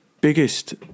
biggest